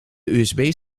usb